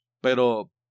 Pero